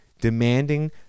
demanding